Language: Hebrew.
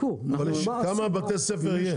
כמה בתי ספר יש?